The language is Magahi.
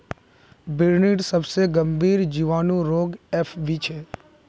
बिर्निर सबसे गंभीर जीवाणु रोग एफ.बी छे